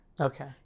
Okay